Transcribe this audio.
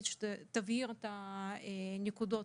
אני אשמח שהיועצת המשפטית תבהיר את הנקודות